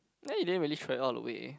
ya you didn't really try all the way